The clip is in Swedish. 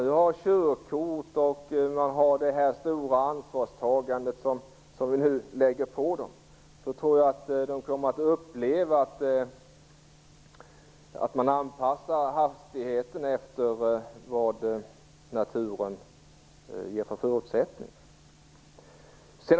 Jag tror att de som har körkort och som tar det stora ansvar som de nu åläggs kommer att anpassa hastigheten efter naturens förutsättningar.